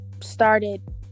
started